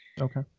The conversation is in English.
Okay